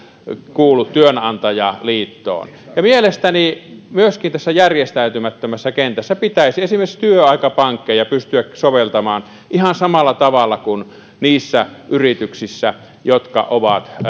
kuulu työnantajaliittoon mielestäni myöskin tässä järjestäytymättömässä kentässä pitäisi esimerkiksi työaikapankkeja pystyä soveltamaan ihan samalla tavalla kuin niissä yrityksissä jotka